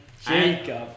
Jacob